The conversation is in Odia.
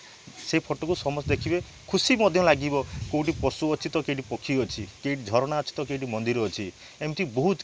ସେ ଫଟୋକୁ ସମସ୍ତେ ଦେଖିବେ ଖୁସି ମଧ୍ୟ ଲାଗିବ କେଉଁଠି ପଶୁ ଅଛି ତ କେଉଁଠି ପକ୍ଷୀ ଅଛି କେଇଟି ଝରଣା ଅଛି କେଇଟି ମନ୍ଦିର ଅଛି ଏମିତି ବହୁତ କିଛି